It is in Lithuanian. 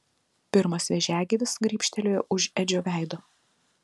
pirmas vėžiagyvis grybštelėjo už edžio veido